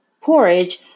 porridge